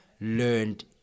learned